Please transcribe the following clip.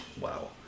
wow